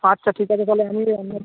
আচ্ছা ঠিক আছে তাহলে আমি